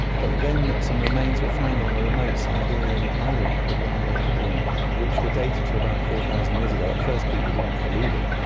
but then some remains were found on a remote siberian island called wrangel island which were dated to about four thousand years ago. at first people didn't believe it,